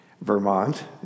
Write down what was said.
Vermont